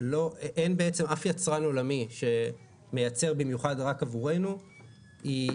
שאין בעצם אף יצרן עולמי שמייצר במיוחד רק עבורנו יוצרת